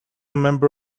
member